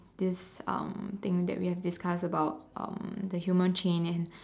this um thing that we have discuss about um the human chain and